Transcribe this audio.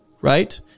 right